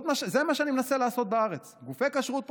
זה מה שאני מנסה לעשות בארץ, גופי כשרות פרטיים,